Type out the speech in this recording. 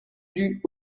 dus